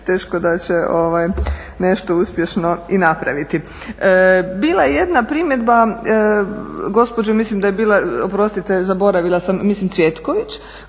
teško da će nešto uspješno i napraviti. Bila je jedna primjedba, gospođo mislim da je bila, oprostite zaboravila sam, mislim Cvjetović